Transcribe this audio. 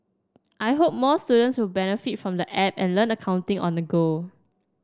I hope more students will benefit from the app and learn accounting on the go